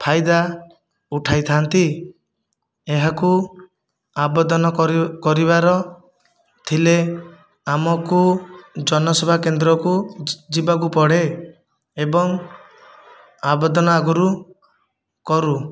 ଫାଇଦା ଉଠାଇଥାନ୍ତି ଏହାକୁ ଆବେଦନ କରିବାର ଥିଲେ ଆମକୁ ଜନସେବା କେନ୍ଦ୍ରକୁ ଯିବାକୁ ପଡ଼େ ଏବଂ ଆବେଦନ ଆଗରୁ କରୁ